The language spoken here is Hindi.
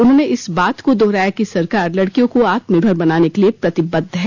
उन्होंने इस बात को दोहराया कि सरकार लडकियों को आत्मनिर्भर बनाने के लिए प्रतिबद्ध है